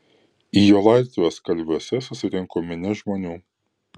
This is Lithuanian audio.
į jo laidotuves kalviuose susirinko minia žmonių